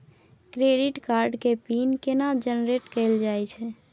Credit card के pin केना generate कैल जाए छै?